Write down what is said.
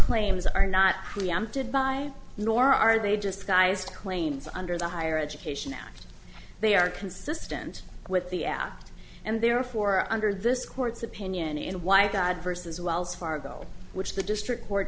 claims are not preempted by nor are they just guys claims under the higher education that they are consistent with the act and therefore under this court's opinion and why god versus wells fargo which the district court